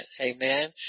Amen